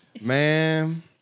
Man